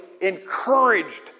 encouraged